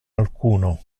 alcuno